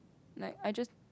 like I just